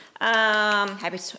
Happy